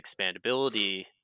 expandability